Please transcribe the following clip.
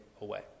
away